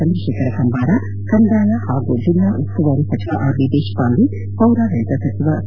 ಚಂದ್ರಶೇಖರ ಕಂಬಾರಕಂದಾಯ ಹಾಗೂ ಜಿಲ್ಲಾ ಉಸ್ತುವಾರಿ ಸಚಿವ ಆರ್ ವಿ ದೇಶಪಾಂಡೆ ಪೌರಾಡಳಿತ ಸಚಿವ ಸಿ